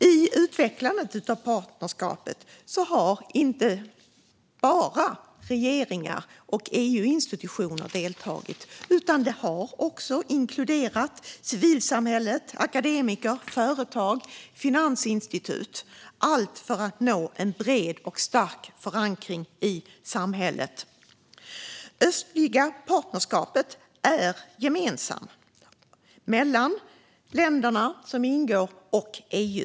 I utvecklandet av partnerskapet har inte bara regeringar och EU-institutioner deltagit, utan även civilsamhället, akademiker, företag och finansinstitut har inkluderats - allt för att nå en bred och stark förankring i samhället. Det östliga partnerskapet är gemensamt mellan länderna som ingår och EU.